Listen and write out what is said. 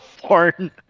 porn